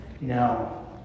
No